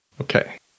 Okay